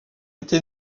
été